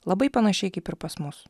labai panašiai kaip ir pas mus